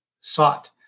sought